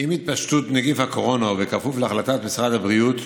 עם התפשטות נגיף הקורונה ובכפוף להחלטת משרד הבריאות,